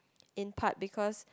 in part because